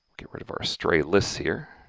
get rid of our stray lists here,